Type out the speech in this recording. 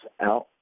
out